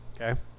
okay